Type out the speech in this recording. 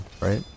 right